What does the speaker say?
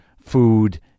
food